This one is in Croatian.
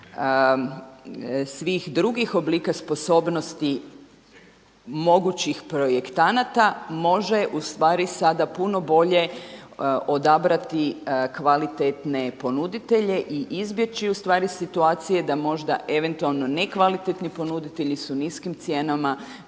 svih drugih oblika sposobnosti mogućih projektanata može ustvari sada puno bolje odabrati kvalitetne ponuditelje i izbjeći ustvari situacije da možda eventualno nekvalitetni ponuditelji su niskim cijenama